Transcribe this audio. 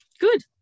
Good